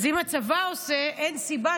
אז אם הצבא עושה את זה,